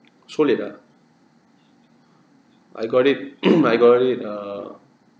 so late ah I got it I got it err